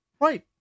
Right